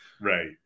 Right